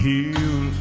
Heal